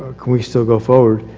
ah can we still go forward,